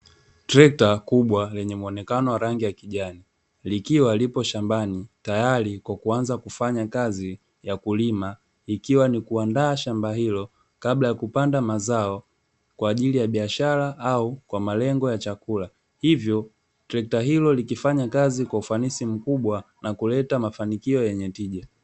Trekta kubwa lenye muonekano wa rangi ya kijani likiwa lipo shambani, tayari kwa kuanza kufanya kazi ya kulima ikiwa ni kuandaa shamba hilo kabla ya kupanda mazao kwa ajili ya biashara au chakula, hivyo trekta hilo likifanya kazi kwa malengo makubwa na kuleta mafanikio yenye tija.